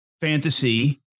fantasy